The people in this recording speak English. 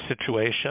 situation